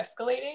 escalating